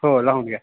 हो लावून घ्या